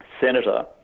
senator